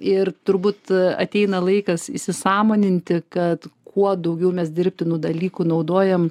ir turbūt ateina laikas įsisąmoninti kad kuo daugiau mes dirbtinų dalykų naudojam